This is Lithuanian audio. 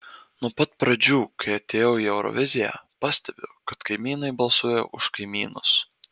nuo pat pradžių kai atėjau į euroviziją pastebiu kad kaimynai balsuoja už kaimynus